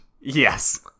Yes